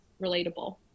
relatable